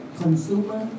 consumer